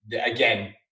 again